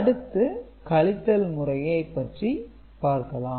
அடுத்து கழித்தல் முறையை பற்றி பார்க்கலாம்